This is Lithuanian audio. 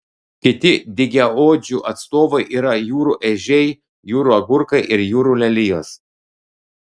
kiti dygiaodžių atstovai yra jūrų ežiai jūrų agurkai ir jūrų lelijos